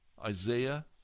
Isaiah